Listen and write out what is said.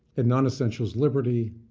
in non essentials liberty,